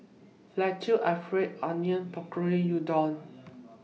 Fettuccine Alfredo Onion Pakora Udon